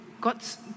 God's